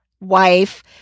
wife